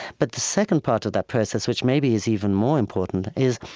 but the second part of that process, which maybe is even more important, is,